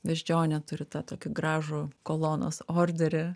beždžionė turi tą tokį gražų kolonos orderį